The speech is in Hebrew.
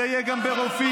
זה יהיה גם ברופאים.